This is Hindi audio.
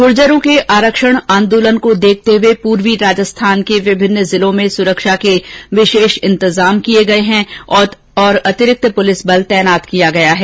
गूर्जरों के आरक्षण आंदोलन को देखते हुए पूर्वी राजस्थान के अन्य जिलों में सुरक्षा के विशेष इंतजाम किए गए हैं और अतिरिक्त पुलिस बल तैनात किया गया है